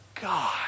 God